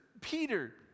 Peter